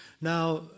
now